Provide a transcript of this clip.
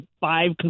five